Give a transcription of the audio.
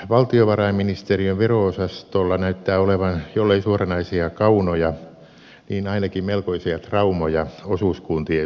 valtiovarainministeriön vero osastolla näyttää olevan jollei suoranaisia kaunoja niin ainakin melkoisia traumoja osuuskuntien suhteen